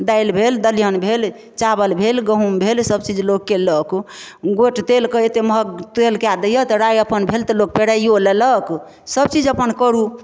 दालि भेल दलिहन भेल चावल भेल गहूँम भेल सबचीज लोककेँ लऽ कऽ गोट तेल कऽ एतेक महँग तेल कए दैया तऽ राइ अपन भेल तऽ लोक पेराइयो लेलक सबचीज अपन करू